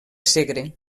segre